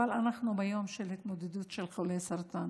אבל אנחנו ביום של התמודדות של חולי סרטן.